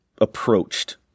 approached